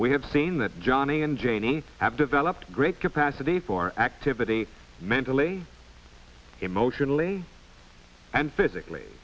we have seen that johnny and janie have developed great capacity for activity mentally emotionally and physically